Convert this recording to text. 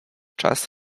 czas